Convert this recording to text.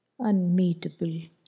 unmeetable